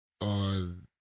on